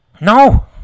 No